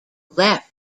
left